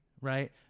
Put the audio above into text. Right